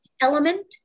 element